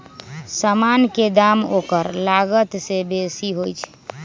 समान के दाम ओकर लागत से बेशी होइ छइ